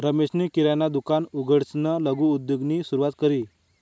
रमेशनी किराणा दुकान उघडीसन लघु उद्योगनी सुरुवात करी